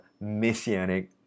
messianic